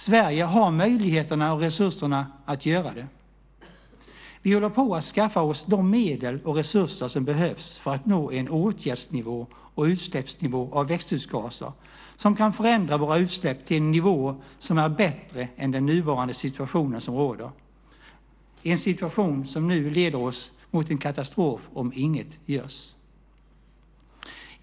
Sverige har möjligheterna och resurserna att göra det. Vi håller på att skaffa oss de medel och resurser som behövs för att nå en åtgärdsnivå och utsläppsnivå av växthusgaser som kan förändra våra utsläpp till en nivå som är bättre än den nuvarande situationen - en situation som leder oss mot en katastrof om inget görs.